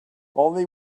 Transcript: only